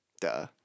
Duh